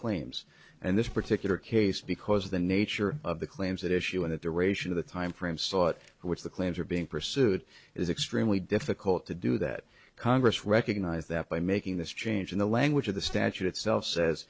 claims and this particular case because of the nature of the claims that issue and that the ration of the timeframe sought which the claims are being pursued is extremely difficult to do that congress recognized that by making this change in the language of the statute itself says